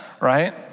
right